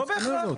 לא בהכרח,